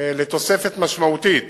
לתוספת משמעותית